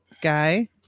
Guy